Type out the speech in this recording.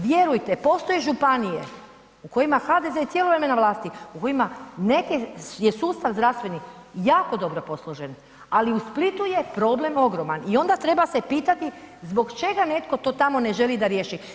Vjerujte, postoje županije u kojima HDZ cijelo vrijeme na vlasti, u kojima neke je sustav zdravstveni jako dobro posložen, ali u Splitu je problem ogroman i onda treba se pitati zbog čega netko to tamo ne želi da riješi.